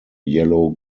yellow